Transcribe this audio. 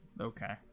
Okay